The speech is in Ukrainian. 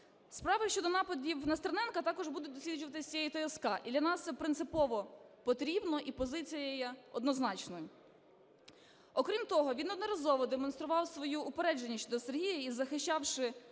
Справи щодо нападів на Стерненка також будуть досліджуватись і ТСК. І для нас це принципово потрібно, і позиція є однозначною. Окрім того, він не одноразово демонстрував свою упередженість щодо Сергія і захищаючи